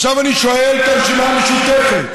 עכשיו אני שואל את הרשימה המשותפת,